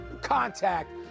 contact